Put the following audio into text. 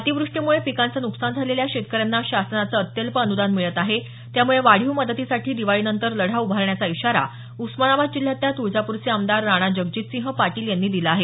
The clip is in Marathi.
अतिव्रष्टीमुळे पिकांचं नुकसान झालेल्या शेतकऱ्यांना शासनाचं अत्यल्प अनुदान मिळत आहे त्यामुळे वाढीव मदतीसाठी दिवाळीनंतर लढा उभारण्याचा इशारा उस्मानाबाद जिल्ह्यातल्या तुळजापूरचे आमदार राणाजगजितसिंह पाटील यांनी दिला आहे